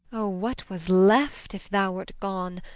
oh, what was left if thou wert gone?